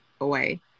away